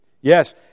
Yes